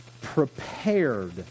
prepared